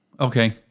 Okay